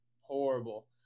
horrible